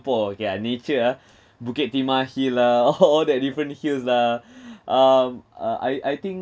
okay ah nature ah Bukit Timah hill lah all all that different hills lah um uh I I think